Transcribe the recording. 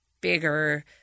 bigger